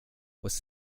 was